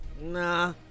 Nah